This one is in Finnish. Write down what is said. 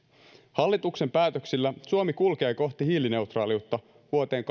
hallituksen päätöksillä suomi kulkee kohti hiilineutraaliutta vuoteen